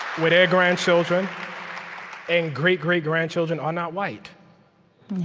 where their grandchildren and great-great-grandchildren are not white